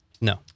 No